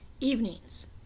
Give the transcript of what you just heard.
evenings